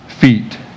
feet